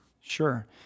Sure